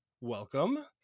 Welcome